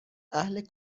اهل